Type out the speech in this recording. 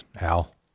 Al